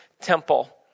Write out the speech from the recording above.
temple